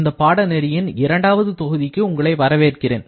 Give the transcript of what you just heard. இந்த பாடநெறியின் இரண்டாவது தொகுதிக்கு உங்களை வரவேற்கிறேன்